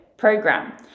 program